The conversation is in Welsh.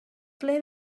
ble